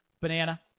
Banana